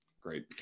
Great